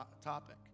topic